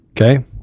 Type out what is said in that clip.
Okay